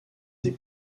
des